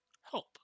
help